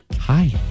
Hi